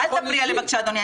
אל תפריע לי, בבקשה, אדוני.